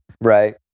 Right